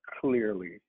clearly